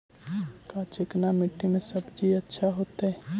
का चिकना मट्टी में सब्जी अच्छा होतै?